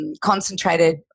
concentrated